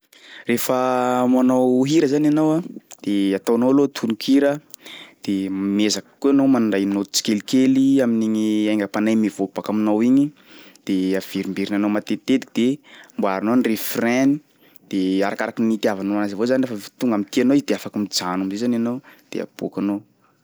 Rehefa manao hira zany ianao a, de ataonao aloha tonon-kira de miezaky koa ianao mandray naoty tsikelikely amin'igny aingam-panahy mivoaky baka aminao igny de averimberinanao matetitetiky de amboarinao ny refrain de arakaraky ny itiavanao anazy avao zany lafa avy tonga am'tianao izy de afaky mijano am'zay zany ianao de aboakanao.